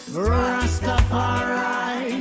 Rastafari